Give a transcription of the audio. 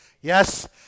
Yes